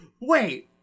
wait